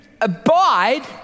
abide